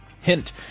Hint